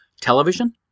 television